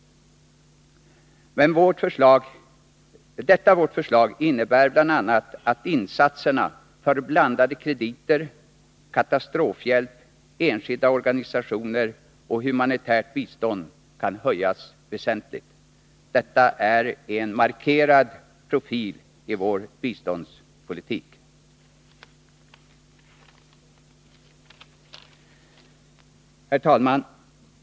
Detta vårt förslag innebär bl.a. att insatserna för blandade krediter, katastrofhjälp, enskilda organisationer och humanitärt bistånd kan höjas väsentligt. Det är en markerad profil i vår biståndspolitik. Herr talman!